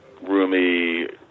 roomy